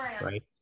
right